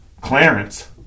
Clarence